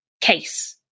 case